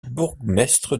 bourgmestre